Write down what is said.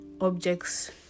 objects